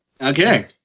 Okay